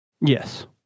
Yes